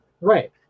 Right